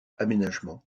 aménagement